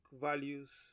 values